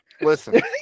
Listen